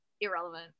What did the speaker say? irrelevant